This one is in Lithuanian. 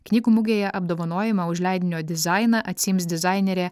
knygų mugėje apdovanojimą už leidinio dizainą atsiims dizainerė